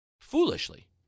foolishly